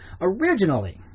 originally